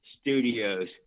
Studios